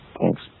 Thanks